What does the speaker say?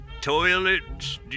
toilets